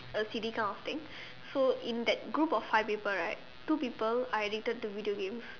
L C D kind of thing so in that group of five people right two people are addicted to video game